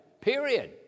period